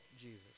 Jesus